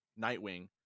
Nightwing